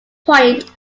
point